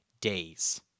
days